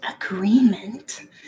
Agreement